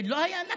זה לא היה נכבה.